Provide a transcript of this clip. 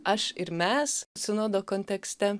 aš ir mes sinodo kontekste